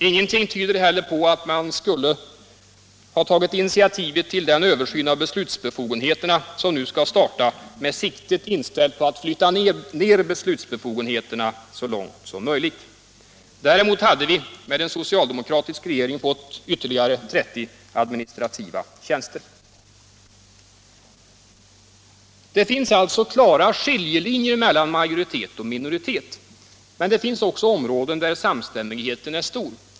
Ingenting tyder heller på att man skulle ha tagit initiativet till den översyn av beslutsbefogenheterna som nu skall starta med siktet inställt på att flytta ner beslutsbefogenheterna så långt som möjligt. Däremot hade vi med en socialdemokratisk regering fått ytterligare 30 administrativa tjänster. Det finns alltså klara skiljelinjer mellan majoritet och minoritet. Men det finns också områden där samstämmigheten är stor.